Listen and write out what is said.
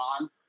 on